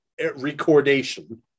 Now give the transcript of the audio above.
recordation